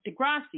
Degrassi